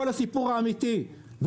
משה,